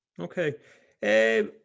Okay